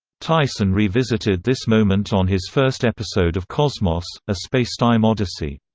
tyson revisited this moment on his first episode of cosmos a spacetime odyssey.